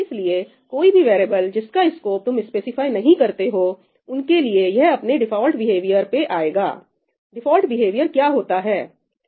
इसलिए कोई भी वेरिएबल जिसका स्कोप तुम स्पेसिफाई नहीं करते हो उनके लिए यह अपने डिफॉल्ट बिहेवियर पे आएगा डिफॉल्ट बिहेवियर क्या होता है